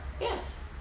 Yes